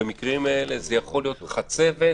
ובמקרים האלה זה יכול להיות: חצבת,